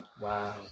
Wow